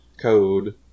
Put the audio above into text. code